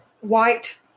white